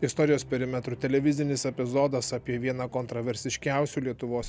istorijos perimetru televizinis epizodas apie vieną kontroversiškiausių lietuvos